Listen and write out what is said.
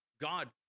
God